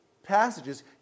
Passages